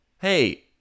hey